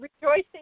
rejoicing